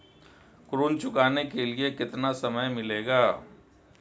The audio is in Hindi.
ऋण चुकाने के लिए कितना समय मिलेगा?